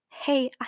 hey